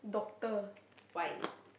why